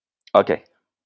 okay